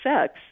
sex